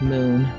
Moon